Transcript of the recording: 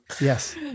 Yes